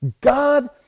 God